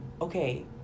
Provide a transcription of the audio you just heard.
Okay